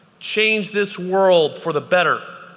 change this world for the better.